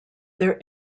their